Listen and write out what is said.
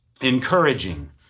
encouraging